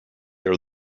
are